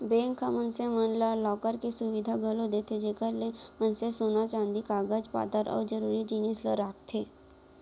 bank ह मनसे मन ला लॉकर के सुबिधा घलौ देथे जेकर ले मनसे मन सोन चांदी कागज पातर अउ जरूरी जिनिस ल राखथें